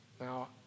Now